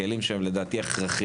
אלה כלים שהם לדעתי הכרחיים,